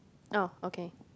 oh okay